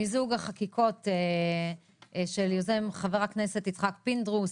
מיזוג החקיקות של היוזם חבר הכנסת יצחק פינדרוס,